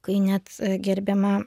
kai net gerbiama